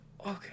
okay